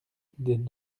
des